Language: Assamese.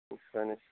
নিশ্চয় নিশ্চয়